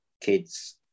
kids